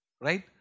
right